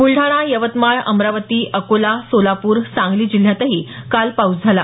बुलडाणा यवतमाळ अमरावती अकोला सोलापूर सांगली जिल्ह्यातही काल पाऊस झाला